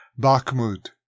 Bakhmut